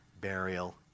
burial